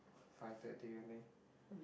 five thirty I mean